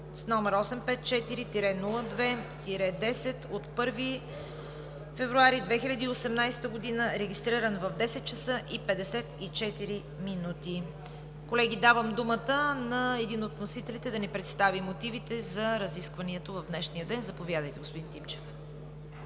№ 854-02-10, от 1 февруари 2018 г., регистриран в 10,54 ч. Колеги, давам думата на един от вносителите да ни представи мотивите за разискването в днешния ден. Заповядайте, господин Тимчев.